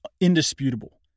indisputable